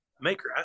maker –